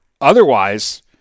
otherwise